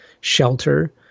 shelter